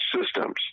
systems